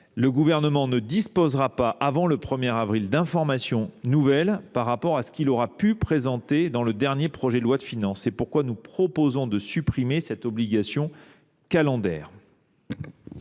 Le Gouvernement ne disposerait pourtant pas d’informations nouvelles avant cette date par rapport à ce qu’il aurait pu présenter dans le dernier projet de loi de finances. C’est pourquoi nous proposons de supprimer cette obligation calendaire.